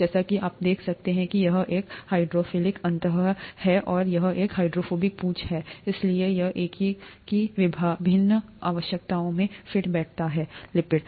जैसा कि आप देख सकते हैं कि यह एक हाइड्रोफिलिक अंत है और यह एक हाइड्रोफोबिक पूंछ है इसलिए यह एककी विभिन्न आवश्यकताओं में फिट बैठता है लिपिड